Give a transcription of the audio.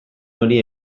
hori